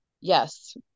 yes